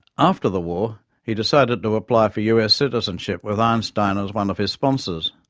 after the war, he decided to apply for u. s. citizenship, with einstein as one of his sponsors.